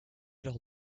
lors